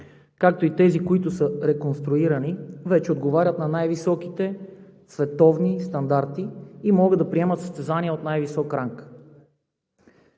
както и тези, които са реконструирани, вече отговарят на най-високите световни стандарти и могат да приемат състезания от най-висок ранг.